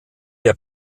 der